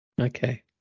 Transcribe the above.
Okay